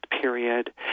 period